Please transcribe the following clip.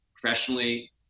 professionally